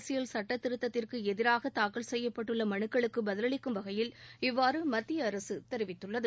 அரசியல் சட்டத்திருத்தத்திற்கு எதிராக தாக்கல் செய்யப்பட்டுள்ள மனுக்களுக்கு பதிலளிக்கும் வகையில் இவ்வாறு மத்திய அரசு தெரிவித்துள்ளது